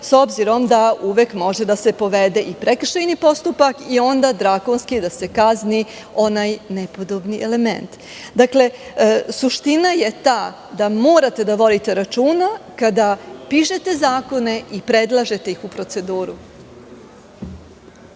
s obzirom da uvek može da se povede i prekršajni postupak i onda drakonski da se kazni onaj nepodobni element. Suština je ta da morate da vodite računa kada pišete zakone i predlažete ih u proceduru.